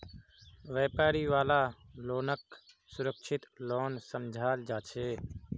व्यापारी वाला लोनक सुरक्षित लोन समझाल जा छे